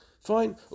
Fine